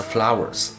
Flowers